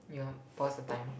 you want pause the time